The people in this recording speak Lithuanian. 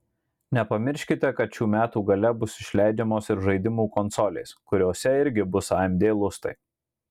nepamirškite kad šių metų gale bus išleidžiamos ir žaidimų konsolės kuriose irgi bus amd lustai